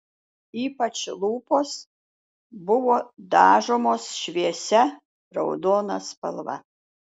ypač lūpos buvo dažomos šviesia raudona spalva